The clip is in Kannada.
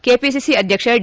ಕೆವಿಸಿಸಿ ಅಧ್ಯಕ್ಷ ಡಿ